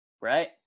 Right